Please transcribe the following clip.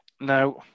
Now